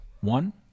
One